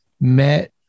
met